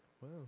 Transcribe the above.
wow